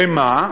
במה?